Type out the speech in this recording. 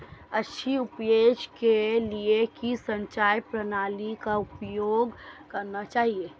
अच्छी उपज के लिए किस सिंचाई प्रणाली का उपयोग करना चाहिए?